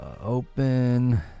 open